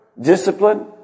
discipline